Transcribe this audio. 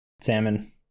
salmon